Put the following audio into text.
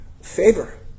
favor